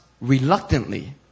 reluctantly